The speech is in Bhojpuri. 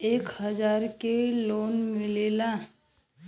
एक हजार के लोन मिलेला?